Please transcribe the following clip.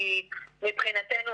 כי מבחינתנו,